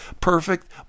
perfect